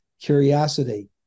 curiosity